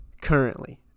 currently